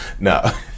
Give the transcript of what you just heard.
No